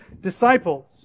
disciples